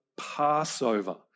Passover